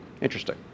Interesting